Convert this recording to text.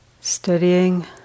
studying